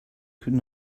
could